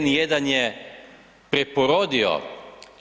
N1 je preporodio